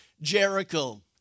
Jericho